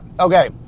Okay